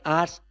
ask